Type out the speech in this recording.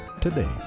today